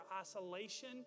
isolation